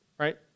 right